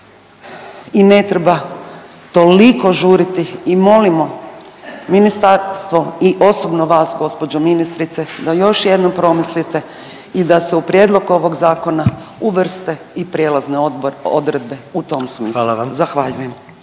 i ne treba toliko žuriti i molimo ministarstvo i osobno vas gospođo ministrice da još jednom promislite i da se u prijedlog ovog zakona uvrste i prijelazne odredbe u tom smislu. Zahvaljujem.